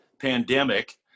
pandemic